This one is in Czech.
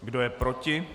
Kdo je proti?